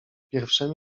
pierwsze